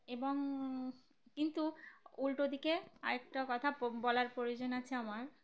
এবং কিন্তু উল্টো দিকে আরেকটা কথা বলার প্রয়োজন আছে আমার